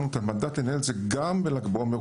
את המנדט לנהל את זה גם בל"ג בעומר.